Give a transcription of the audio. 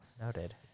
noted